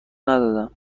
ندادم